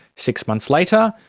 six months later,